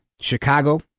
Chicago